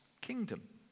kingdom